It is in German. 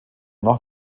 noch